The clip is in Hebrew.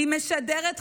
היא משדרת חיוניות,